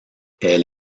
elle